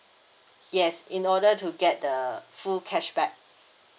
yes in order to get the full cashback